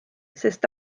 sest